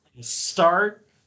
start